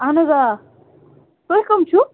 اَہن حظ آ تُہۍ کَم چھُو